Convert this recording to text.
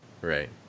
Right